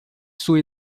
sua